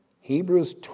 Hebrews